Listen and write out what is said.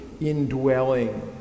indwelling